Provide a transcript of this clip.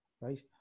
right